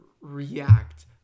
react